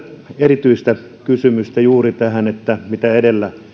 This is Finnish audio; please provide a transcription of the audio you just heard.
erityistä kysynyt liittyen juuri tähän mitä edellä